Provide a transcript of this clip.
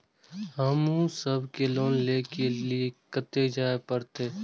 हमू सब के लोन ले के लीऐ कते जा परतें?